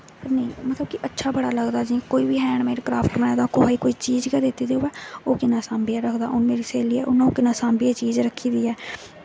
पर नेईं अच्छा बड़ा लगदा असेंगी कोई बी हैंडमेड क्राफ्ट बनाए दा कुसै गी कोई चीज गै दित्ती दी होऐ ओह् कियां सांभियै रखदा हून मेरी स्हेली ऐ उन्न किन्नी सांभियै चीज रक्खी दी ऐ